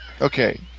Okay